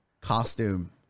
costume